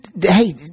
Hey